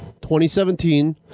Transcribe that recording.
2017